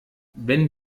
wenn